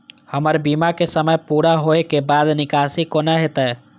हमर बीमा के समय पुरा होय के बाद निकासी कोना हेतै?